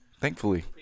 thankfully